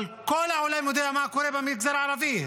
אבל כל העולם יודע מה קורה במגזר הערבי,